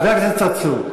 חבר הכנסת צרצור,